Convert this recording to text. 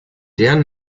der